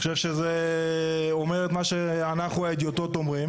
אני חושב שזה אומר את מה שאנחנו ההדיוטות אומרים